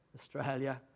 Australia